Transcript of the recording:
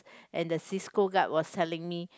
and the Cisco guard was telling me